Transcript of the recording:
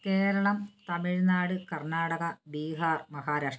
Keralam Tamil Nadu Karnataka Bihar Maharashtra